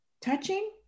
touching